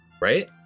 right